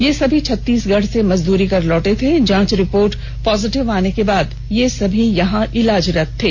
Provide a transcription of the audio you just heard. ये सभी छत्तीसगढ़ से मजदूरी कर लौटे थे जांच रिपोर्ट पॉजिटिव आने के बाद ये सभी यहीं इलाजरत थे